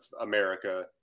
America